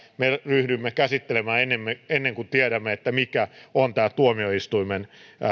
ryhdymme käsittelemään tiedämme mikä on tämä tuomioistuimen